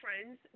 friends